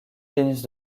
tennis